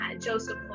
Joseph